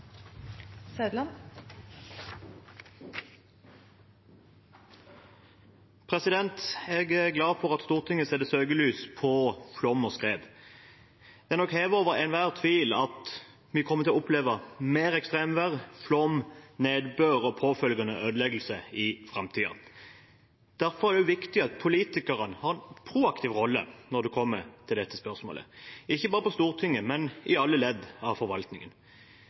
glad for at Stortinget setter søkelys på flom og skred. Det er hevet over enhver tvil at vi kommer til å oppleve mer ekstremvær, flom, nedbør og påfølgende ødeleggelser i framtiden. Derfor er det viktig at politikere har en proaktiv rolle når det kommer til dette spørsmålet – ikke bare på Stortinget, men i alle ledd av forvaltningen.